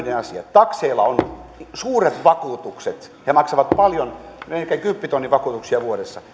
takseilla on suuret vakuutukset he maksavat paljon melkein kymppitonnin vakuutuksia vuodessa